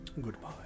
Goodbye